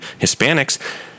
Hispanics